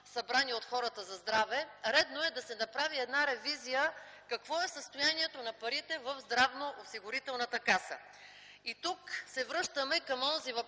събрани от хората за здраве, редно е да се направи една ревизия: какво е състоянието на парите в Здравноосигурителната каса?